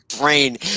brain